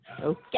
Okay